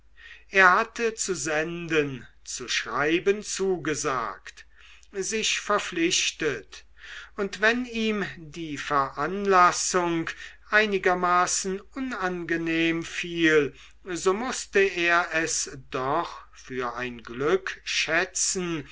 er hatte zu senden zu schreiben zugesagt sich verpflichtet und wenn ihm die veranlassung einigermaßen unangenehm fiel so mußte er es doch für ein glück schätzen